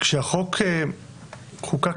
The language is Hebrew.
כשהחוק חוקק